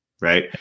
right